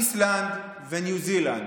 איסלנד וניו זילנד,